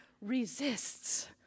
resists